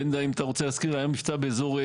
בנדה, אם אתה רוצה להרחיב, היה מבצע בנתב"ג.